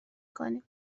کنیم